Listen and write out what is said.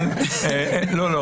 לא,